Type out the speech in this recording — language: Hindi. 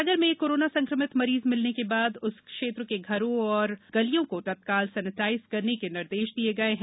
सागर में कोरोना संक्रमित मरीज मिलने के बाद उस क्षेत्र के घरों और गलियों को तत्काल सेनेटाइज करने के निर्देश दिये गये हैं